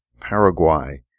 Paraguay